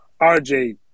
RJ